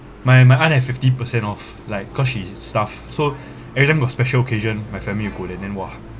my my aunt has fifty percent off like cause she is a staff so every time got special occasion my family will go there then !wah!